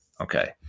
Okay